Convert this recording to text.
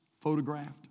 photographed